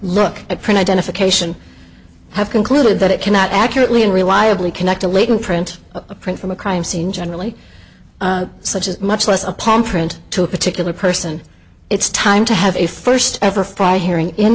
look at print identification have concluded that it cannot accurately and reliably connect a latent print a print from a crime scene generally such as much less a palm print to a particular person it's time to have a first ever fry hearing in